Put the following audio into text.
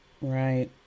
right